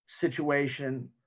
situation